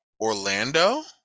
Orlando